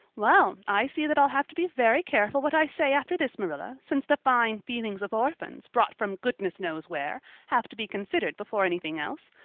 well, i see that i'll have to be very careful what i say after this, marilla, since the fine feelings of orphans, brought from goodness knows where, have to be considered before anything else.